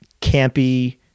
campy